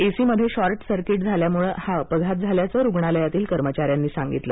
एसीमध्ये short circuit झाल्यामुळे हा अपघात झाल्याचं रूग्णालयातील कर्मचाऱ्यांनी सांगितलं